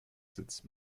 sitzt